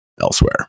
elsewhere